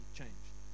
changed